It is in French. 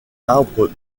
arbres